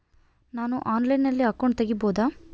ನಾನು ಆನ್ಲೈನಲ್ಲಿ ಅಕೌಂಟ್ ತೆಗಿಬಹುದಾ?